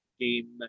game